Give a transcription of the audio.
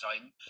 time